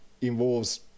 involves